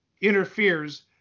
interferes